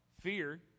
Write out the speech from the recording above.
Fear